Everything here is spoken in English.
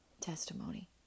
testimony